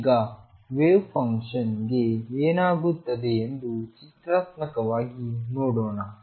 ಈಗ ವೇವ್ ಫಂಕ್ಷನ್ಗೆ ಏನಾಗುತ್ತದೆಂದು ಚಿತ್ರಾತ್ಮಕವಾಗಿ ನೋಡೋಣ